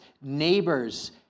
neighbors